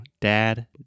dad